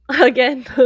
again